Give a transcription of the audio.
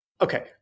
Okay